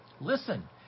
Listen